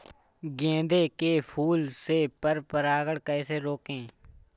गेंदे के फूल से पर परागण कैसे रोकें?